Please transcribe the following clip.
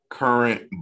current